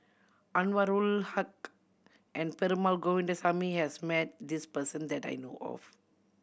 Anwarul Haque and Perumal Govindaswamy has met this person that I know of